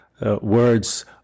words